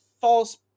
False